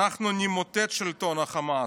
אנחנו נמוטט את שלטון החמאס,